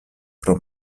pro